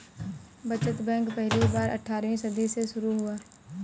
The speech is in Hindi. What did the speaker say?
बचत बैंक पहली बार अट्ठारहवीं सदी में शुरू हुआ